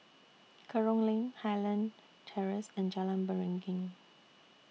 Kerong Lane Highland Terrace and Jalan Beringin